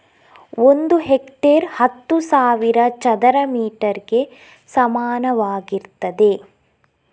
ಒಂದು ಹೆಕ್ಟೇರ್ ಹತ್ತು ಸಾವಿರ ಚದರ ಮೀಟರ್ ಗೆ ಸಮಾನವಾಗಿರ್ತದೆ